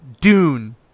Dune